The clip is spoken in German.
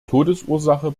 todesursache